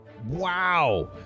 Wow